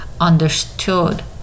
understood